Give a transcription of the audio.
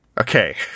okay